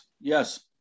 yes